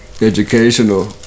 educational